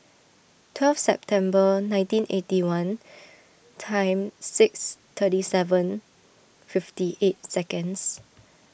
twelve September nineteen eighty one time six thirty seven fifty eight seconds